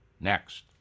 next